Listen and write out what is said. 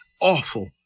awful